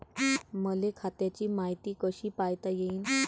मले खात्याची मायती कशी पायता येईन?